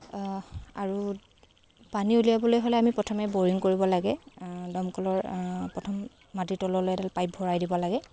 আৰু পানী উলিয়াবলৈ হ'লে আমি প্ৰথমে বৰিং কৰিব লাগে দমকলৰ প্ৰথম মাটিৰ তললৈ এডাল পাইপ ভৰাই দিব লাগে